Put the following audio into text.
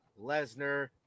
Lesnar